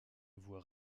voit